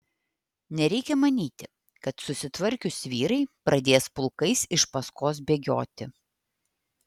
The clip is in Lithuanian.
nereikia manyti kad susitvarkius vyrai pradės pulkais iš paskos bėgioti